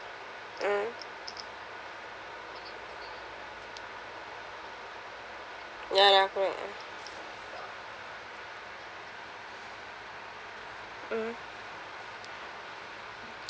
mmhmm ya lah correct ah mmhmm